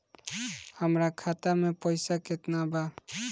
हमरा खाता में पइसा केतना बा?